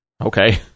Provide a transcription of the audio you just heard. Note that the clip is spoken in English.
Okay